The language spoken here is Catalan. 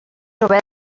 obert